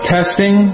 Testing